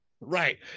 Right